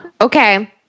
Okay